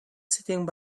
sitting